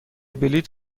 بلیط